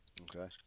Okay